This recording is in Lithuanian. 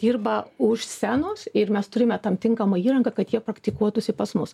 dirba už scenos ir mes turime tam tinkamą įrangą kad jie praktikuotųsi pas mus